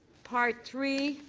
part three